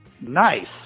Nice